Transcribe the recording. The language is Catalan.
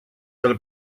pel